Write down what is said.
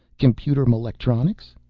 computer molectronics?